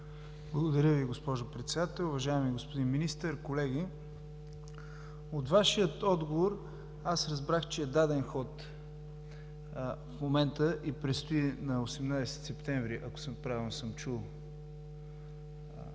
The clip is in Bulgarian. Благодаря Ви госпожо Председател. Уважаеми господин Министър, колеги! От Вашия отговор аз разбрах, че е даден ход в момента и предстои на 18 септември, ако правилно съм чул,